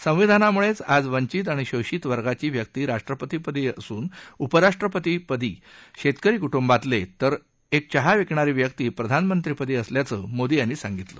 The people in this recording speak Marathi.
संविधानामुळेच आज वंचित आणि शोषित वर्गांची व्यक्ती राष्ट्रपतीपदी असून उपराष्ट्रपती शेतकरी कुटुंबातले तर एक चहा विकणारी व्यक्ती प्रधानमंत्री असल्याचं मोदी यांनी सांगितलं